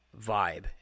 vibe